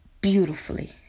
beautifully